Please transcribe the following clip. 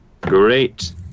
Great